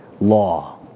law